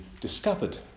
discovered